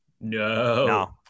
No